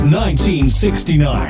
1969